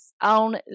on